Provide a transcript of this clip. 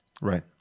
Right